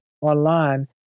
online